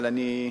אבל אני,